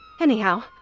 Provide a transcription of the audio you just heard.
Anyhow